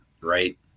right